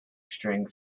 string